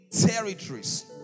Territories